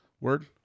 word